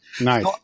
Nice